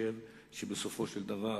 בסופו של דבר,